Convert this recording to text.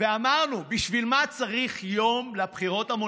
עכשיו במעבר כלשהו,